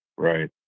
right